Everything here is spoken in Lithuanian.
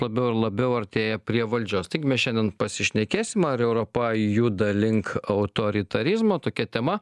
labiau ir labiau artėja prie valdžios mes šiandien pasišnekėsim ar europa juda link autoritarizmo tokia tema